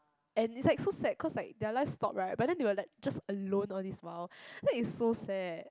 and it's like so sad cause like their life stopped right but then they were like just alone all this while then it's so sad